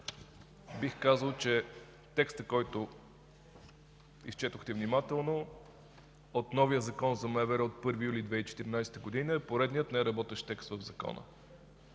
бих казал, че текстът, който изчетохте внимателно, от новия Закон за МВР от 1 юли 2014 г., е поредният неработещ текст в Закона.